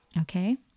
Okay